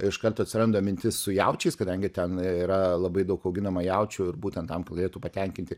iš kart atsiranda mintis su jaučiais kadangi ten yra labai daug auginama jaučių ir būtent tam kad galėtų patenkinti